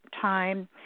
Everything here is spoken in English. time